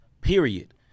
period